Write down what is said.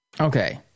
Okay